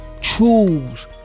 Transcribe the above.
choose